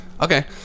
Okay